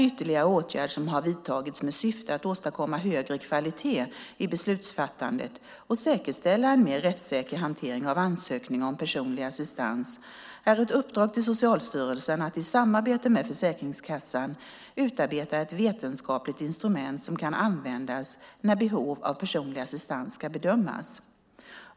Ytterligare en åtgärd som har vidtagits med syfte att åstadkomma högre kvalitet i beslutsfattandet och säkerställa en mer rättssäker hantering av ansökningar om personlig assistans är ett uppdrag till Socialstyrelsen att i samarbete med Försäkringskassan utarbeta ett vetenskapligt instrument som kan användas när behov av personlig assistans ska bedömas.